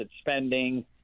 spending